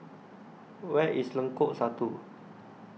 Where IS Lengkok Satu